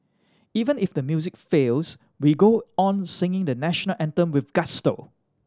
even if the music fails we go on singing the National Anthem with gusto